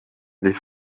les